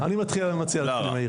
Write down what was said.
אני מציע שנתחיל עם העירייה.